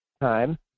time